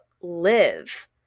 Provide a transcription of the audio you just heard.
live